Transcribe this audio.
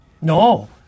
No